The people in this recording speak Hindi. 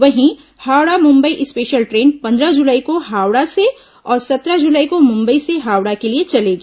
वहीं हावड़ा मुंबई स्पेशल ट्रेन पन्द्रह जुलाई को हावड़ा से और सत्रह जुलाई को मुंबई से हावड़ा के लिए चलेगी